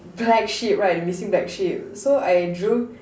black sheep right the missing black sheep so I drew